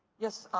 yes,